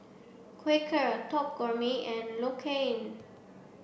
Quaker Top Gourmet and L'Occitane